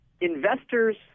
investors